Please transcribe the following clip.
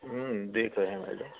हूँ देख रहे हैं मैडम